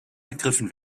ergriffen